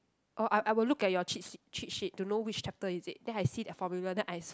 oh I I will look at your Cheat Sheet Cheat Sheet to know which chapter is it then I see their formula then I s~